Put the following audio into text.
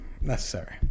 necessary